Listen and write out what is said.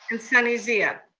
and sunny zia.